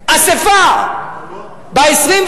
אספה ב-29,